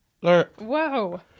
Whoa